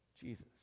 Jesus